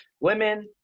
women